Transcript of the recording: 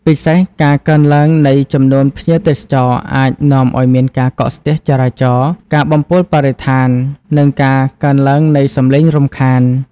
ពិសេស ការកើនឡើងនៃចំនួនភ្ញៀវទេសចរអាចនាំឱ្យមានការកកស្ទះចរាចរណ៍ ការបំពុលបរិស្ថាន និងការកើនឡើងនៃសំឡេងរំខាន។